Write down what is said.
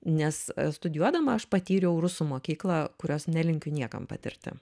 nes studijuodama aš patyriau rusų mokyklą kurios nelinkiu niekam patirti